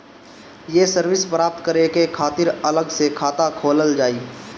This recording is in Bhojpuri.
ये सर्विस प्राप्त करे के खातिर अलग से खाता खोलल जाइ?